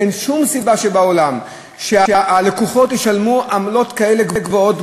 אין שום סיבה בעולם שהלקוחות ישלמו עמלות כאלה גבוהות,